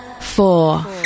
Four